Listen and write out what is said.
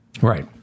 Right